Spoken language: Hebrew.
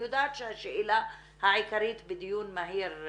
אני יודעת שהשאלה העיקרית בדיון מהיר,